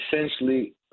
essentially